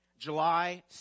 July